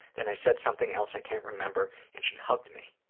then i said something else i can't remember, and she hugged me.